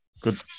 Good